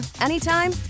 anytime